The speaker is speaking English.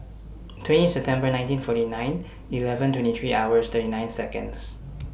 twenty September nineteen forty nine eleven twenty three hours thirty nine Seconds